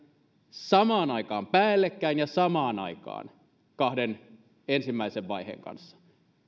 samaan aikaan päällekkäin ja samaan aikaan kahden ensimmäisen vaiheen kanssa